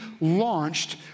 launched